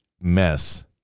mess